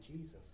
Jesus